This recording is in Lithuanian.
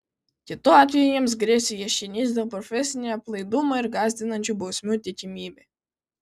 kitu atveju jiems grėsė ieškinys dėl profesinio aplaidumo ir gąsdinančių bausmių tikimybė